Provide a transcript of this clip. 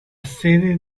sede